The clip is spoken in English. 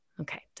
Okay